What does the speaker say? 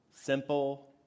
simple